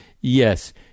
Yes